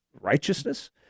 righteousness